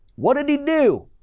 what did he knew?